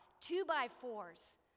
two-by-fours